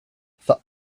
for